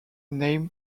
name